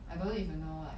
I don't know if you know like